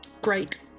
Great